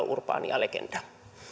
urbaania legendaa arvoisa